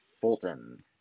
Fulton